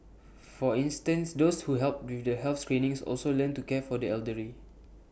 for instance those who helped with the health screenings also learnt to care for the elderly